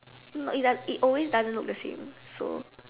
no it does it always doesn't look the same so